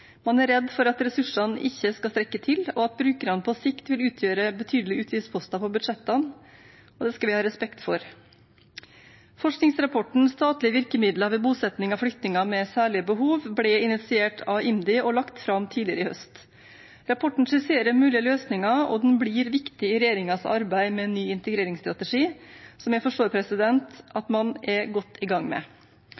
Man er redd for at ressursene ikke skal strekke til, og at brukerne på sikt vil utgjøre betydelige utgiftsposter på budsjettene. Det skal vi ha respekt for. Forskningsrapporten «Statlige virkemidler ved bosetting av flyktninger med særlige behov» ble initiert av IMDi og lagt fram tidligere i høst. Rapporten skisserer mulige løsninger, og den blir viktig i regjeringens arbeid med en ny integreringsstrategi, som jeg forstår